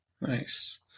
Nice